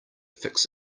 fix